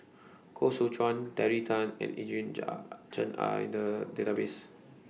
Koh Seow Chuan Terry Tan and Eugene Chen Are in The Database